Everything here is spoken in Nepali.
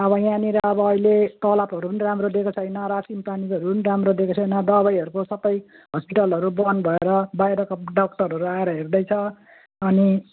अब यहाँनिर अब अहिले तलबहरू पनि राम्रो दिएको छैन रासनपानीहरू पनि राम्रो दिएको छैन दबाईहरूको सबै हस्पिटलहरू बन्द भएर बाहिरको डाक्टरहरू आएर हेर्दैछ अनि